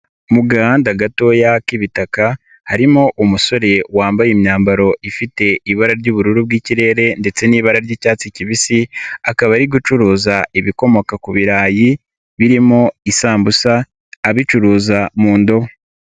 Mu gahanda gatoya k'ibitaka harimo umusore wambaye imyambaro ifite ibara ry'ubururu bw'ikirere ndetse n'ibara ry'icyatsi kibisi akaba ari gucuruza ibikomoka ku birayi birimo isambusa abicuruza mu ndobo.